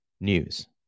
news